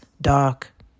dark